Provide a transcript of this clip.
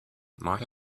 might